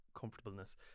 comfortableness